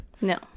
No